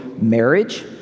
marriage